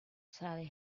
sally